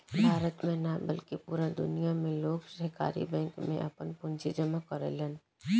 भारत में ना बल्कि पूरा दुनिया में लोग सहकारी बैंक में आपन पूंजी जामा करेलन